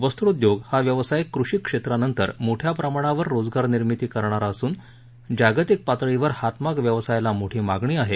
वस्त्रोद्योग हा व्यवसाय कृषी क्षेत्रानंतर मोठ्याप्रमाणावर रोजगार निर्मिती करणार असून जागतिक पातळीवर हातमाग व्यवसायाला मोठी मागणी आहे